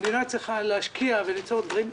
שהמדינה צריכה להשקיע וליצור דברים.